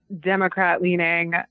Democrat-leaning